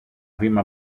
βήμα